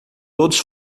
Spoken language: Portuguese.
todos